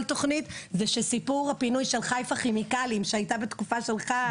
התוכנית הוא שסיפור תוכנית חיפה כימיקלים שהייתה בתקופה שלך,